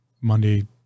Monday